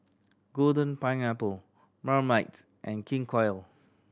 Golden Pineapple Marmite and King Koil